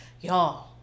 y'all